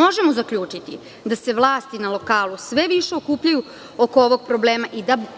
možemo zaključiti da se vlasti na lokalu sve više okupljaju oko ovog problema